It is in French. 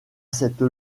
cette